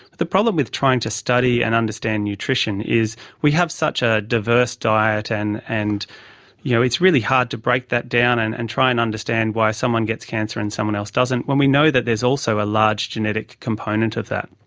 the problem with trying to study and understand nutrition is we have such a diverse diet and and you know it's really hard to break that down and and try and understand why someone gets cancer and someone else doesn't, when we know that there is also a large genetic component of that.